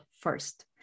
first